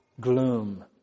gloom